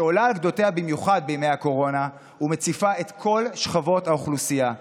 שעולה על גדותיה במיוחד בימי הקורונה ומציפה את כל שכבות האוכלוסייה.